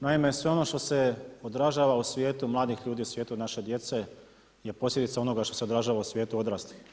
Naime, sve ono što se odražava u svijetu mladih ljudi, u svijetu naše djece je posljedica onoga što se odražava u svijetu odraslih.